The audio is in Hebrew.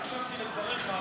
והקשבתי לדבריך,